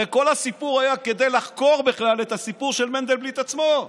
הרי כל הסיפור היה כדי לחקור בכלל את הסיפור של מנדלבליט עצמו.